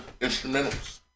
Instrumentals